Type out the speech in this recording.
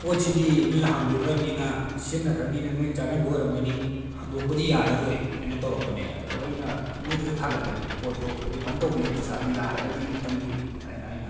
ꯄꯣꯠꯁꯤꯗꯤ ꯅꯣꯏꯅ ꯍꯥꯡꯗꯣꯛꯈ꯭ꯔꯕꯅꯤꯅ ꯁꯤꯖꯤꯟꯅꯈ꯭ꯔꯕꯅꯤꯅ ꯅꯣꯏꯅ ꯆꯥꯛꯍꯟꯕ ꯑꯣꯏꯔꯝꯒꯅꯤ ꯍꯟꯗꯣꯛꯄꯗꯤ ꯌꯥꯔꯔꯣꯏ ꯍꯥꯏꯅ ꯇꯧꯔꯛꯄꯅꯦ ꯑꯗꯣ ꯑꯩꯅ ꯃꯣꯏꯗꯁꯨ ꯊꯥꯡꯒꯠꯂꯦ ꯄꯣꯠꯇꯨ ꯔꯤꯐꯟ ꯇꯧꯕꯤꯌꯨ ꯄꯩꯁꯥꯗꯣ ꯌꯥꯔꯒꯗꯤ ꯑꯝꯇꯪꯗꯤꯅ ꯍꯥꯏꯅ ꯑꯩꯅ